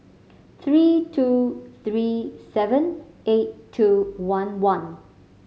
three two three seven eight two one one